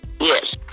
Yes